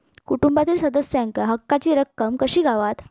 कुटुंबातील सदस्यांका हक्काची रक्कम कशी गावात?